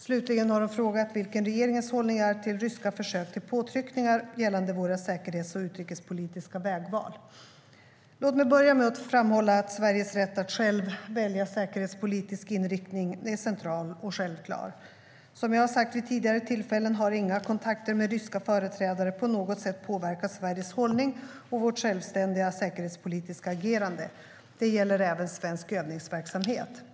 Slutligen har hon frågat vilken regeringens hållning är till ryska försök till påtryckningar gällande våra säkerhets och utrikespolitiska vägval. Låt mig börja med att framhålla att Sveriges rätt att själv välja säkerhetspolitisk inriktning är central och självklar. Som jag har sagt vid tidigare tillfällen har inga kontakter med ryska företrädare på något sätt påverkat Sveriges hållning och vårt självständiga säkerhetspolitiska agerande. Det gäller även svensk övningsverksamhet.